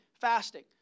fasting